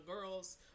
girls